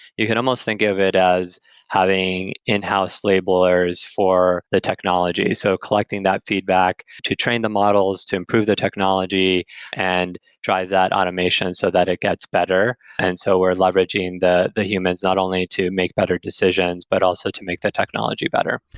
you can almost think of it as having in-house labelers for the technology. so collecting that feedback to train the models, to improve the technology and drive that automation so that it gets better. and so we're leveraging the humans not only to make better decisions, but also to make the technology better.